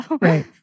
right